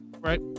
right